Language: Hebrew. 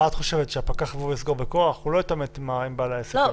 את חושבת שהפקח יבוא ויסגור בכוח?! הוא לא יתעמת עם בעל העסק.